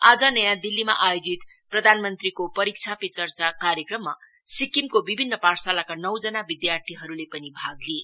आज नयाँ दिल्लीमा आयोजित प्रधानमंत्रीको परीक्षा पे चर्चा कार्यक्रममा सिक्किमको विभिन्न पाठशालाका नौजना विदयार्थीहरुले भाग लिए